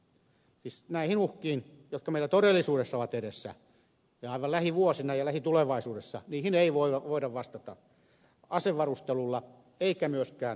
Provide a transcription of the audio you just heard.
siis näihin uhkiin jotka meillä todellisuudessa ovat edessä ja aivan lähivuosina ja lähitulevaisuudessa ei voida vastata asevarustelulla eikä myöskään naton kanssa liittoutumalla